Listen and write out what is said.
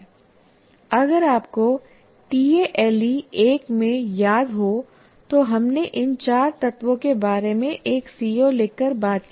अगर आपको टीएएलई 1 में याद हो तो हमने इन चार तत्वों के बारे में एक CO लिखकर बात की थी